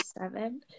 seven